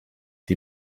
die